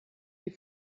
die